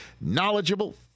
knowledgeable